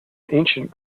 ancient